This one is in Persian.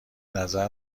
نظر